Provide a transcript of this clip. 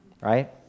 right